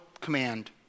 command